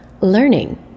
learning